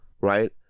right